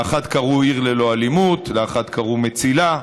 לאחת קראו "עיר ללא אלימות", לאחת קראו "מצילה".